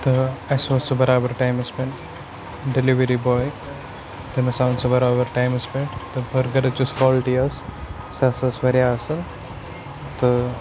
تہٕ اَسہِ ووت سُہ بَرابَر ٹایمَس پٮ۪ٹھ ڈِلِؤری باے تٔمِس آو سُہ بَرابَر ٹایمَس پٮ۪ٹھ تہٕ بٔرگَرٕچ یُس کالِٹی ٲسۍ سُہ ہَسا ٲسۍ واریاہ اَصٕل تہٕ